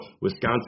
Wisconsin